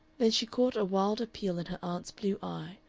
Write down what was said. then she caught a wild appeal in her aunt's blue eye,